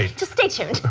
ah stay tuned.